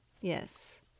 Yes